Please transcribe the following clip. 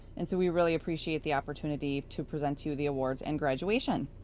and so we really appreciate the opportunity to present to you the awards and graduation.